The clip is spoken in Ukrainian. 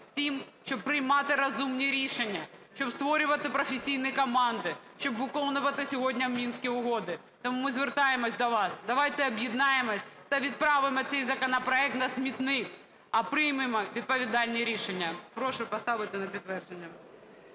тим, що приймати розумні рішення, щоб створювати професійні команди, щоб виконувати сьогодні Мінські угоди. Тому ми звертаємося до вас, давайте об'єднаємося та відправимо цей законопроект на смітник, а приймемо відповідальні рішення. Прошу поставити на підтвердження.